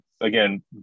again